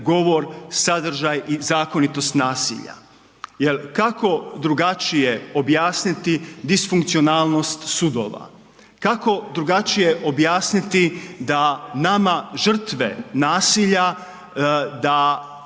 govor, sadržaj i zakonitost nasilja. Jel kako drugačije objasniti disfunkcionalnost sudova? Kako drugačije objasniti da nama žrtve nasilja da